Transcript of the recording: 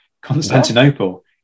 Constantinople